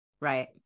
Right